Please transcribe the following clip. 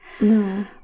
No